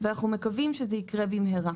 ואנחנו מקווים שזה יקרה במהרה.